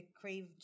crave